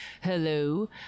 Hello